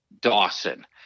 Dawson